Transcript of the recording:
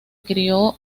crio